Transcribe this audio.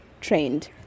trained